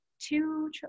two